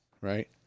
right